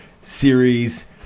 series